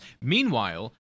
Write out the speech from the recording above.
Meanwhile